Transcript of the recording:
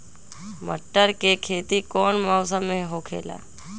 मटर के खेती कौन मौसम में होखेला?